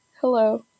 Hello